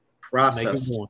process